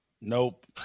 nope